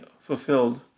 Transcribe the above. fulfilled